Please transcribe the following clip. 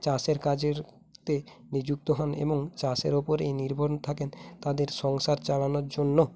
চাষের কাজে নিযুক্ত হন এবং চাষের ওপরই নির্ভর থাকেন তাদের সংসার চালানোর জন্য